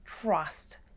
trust